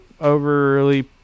overly